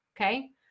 Okay